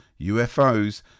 UFOs